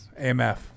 AMF